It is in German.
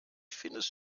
findest